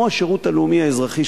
כמו השירות הלאומי האזרחי,